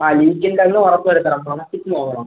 ആ ലീക്കില്ലെന്ന് ഉറപ്പ് വരുത്തണം മണപ്പിച്ച് നോക്കണം